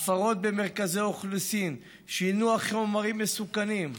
הפרות במרכזי אוכלוסין, שינוע חומרים מסוכנים,